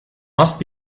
must